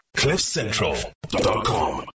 Cliffcentral.com